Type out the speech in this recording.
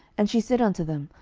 and she said unto them,